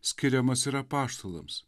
skiriamas ir apaštalams